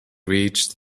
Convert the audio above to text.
reached